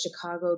Chicago